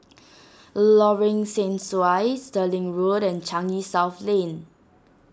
Lorong Sesuai Stirling Walk and Changi South Lane